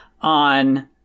on